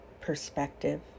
Perspective